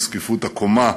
את זקיפות הקומה,